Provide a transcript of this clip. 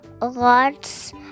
lots